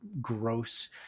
gross